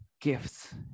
gifts